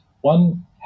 One